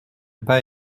pas